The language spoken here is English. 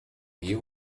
you